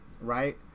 right